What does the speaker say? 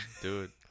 dude